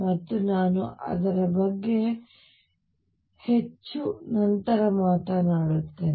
ಮತ್ತು ನಾನು ಅದರ ಬಗ್ಗೆ ಹೆಚ್ಚು ನಂತರ ಮಾತನಾಡುತ್ತೇನೆ